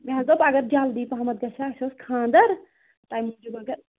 مےٚ حظ دوٚپ اگر جلدی پَہمَتھ گژھِ ہا اَسہِ اوس خانٛدر تَمہِ موٗجوٗب اگر